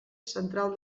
central